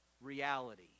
Reality